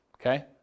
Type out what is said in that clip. Okay